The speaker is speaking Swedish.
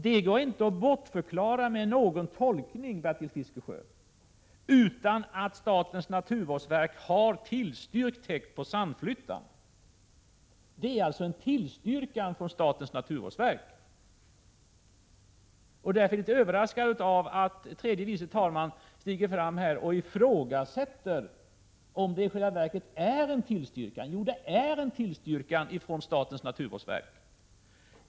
Det går inte att bortförklara med någon tolkning, Bertil Fiskesjö; statens naturvårdsverk har tillstyrkt täkt vid Sandflyttan. Jag är överraskad av att tredje vice talman Fiskesjö ifrågasätter om det i själva verket är en tillstyrkan. Det är en tillstyrkan från statens naturvårdsverk.